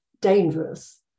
dangerous